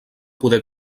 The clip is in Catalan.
poder